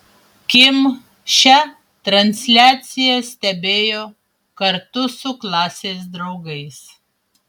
kim šią transliaciją stebėjo kartu su klasės draugais